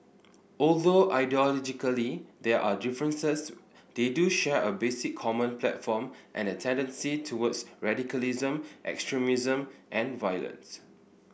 although ideologically there are differences they do share a basic common platform and a tendency towards radicalism extremism and violence